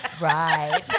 Right